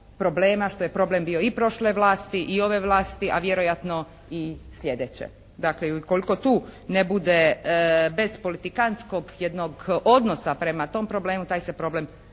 što je problem bio i prošle vlasti i ove vlasti, a vjerojatno i slijedeće. Dakle, i ukoliko tu ne bude bez politikantskog jednog odnosa prema tom problemu taj se problem